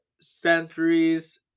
centuries